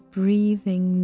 breathing